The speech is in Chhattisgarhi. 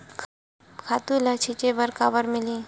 खातु ल छिंचे बर काबर मिलही?